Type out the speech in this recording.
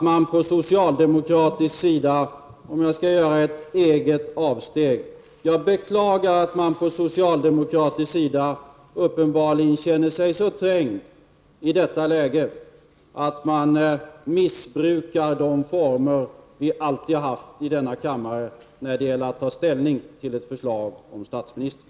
Jag beklagar, och gör nu ett eget avsteg från ordningen, att man från socialdemokratiskt håll uppenbarligen känner sig så trängd i detta läge att man missbrukar de former vi alltid har haft i denna kammare när det gäller att ta ställning till ett förslag om ny statsminister.